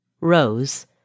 rose